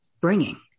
bringing